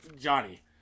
Johnny